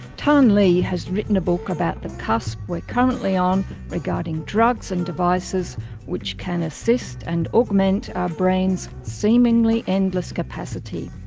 tan le has written a book about the cusp we're currently on regarding drugs and devices which can assist and augment our brain's seemingly endless capacity.